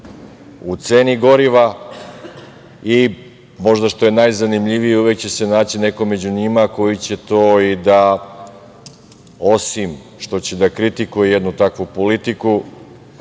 u ceni goriva i, što je najzanimljivije, uvek će se naći neko među njima koji će to, osim što će da kritikuje jednu takvu politiku